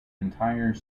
entire